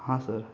हां सर